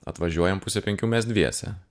atvažiuojam pusę penkių mes dviese